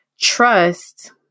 trust